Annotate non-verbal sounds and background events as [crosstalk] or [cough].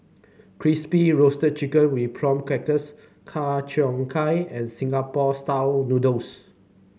Crispy Roasted Chicken with Prawn Crackers Ku Chai Kueh and Singapore [unintelligible] noodles